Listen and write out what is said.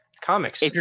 comics